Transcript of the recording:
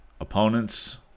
opponents